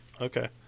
Okay